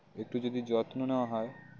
একটু যদি যত্ন নেওয়া হয়